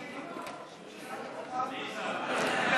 כן, בבקשה?